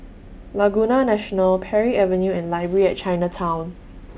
Laguna National Parry Avenue and Library At Chinatown